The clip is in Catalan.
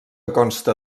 consta